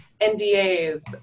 NDAs